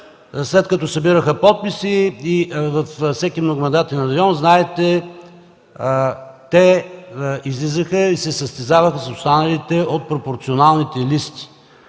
след като събираха подписи и във всеки многомандатен район излизаха и се състезаваха с останалите от пропорционалните листи.